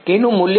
વિદ્યાર્થી